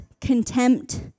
contempt